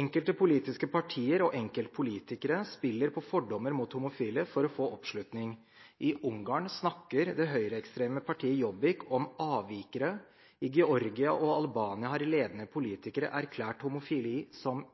Enkelte politiske partier og enkelte politikere spiller på fordommer mot homofile for å få oppslutning. I Ungarn snakker det høyreekstreme partiet Jobbik om «avvikere», i Georgia og Albania har ledende politikere erklært homofili som